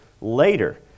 later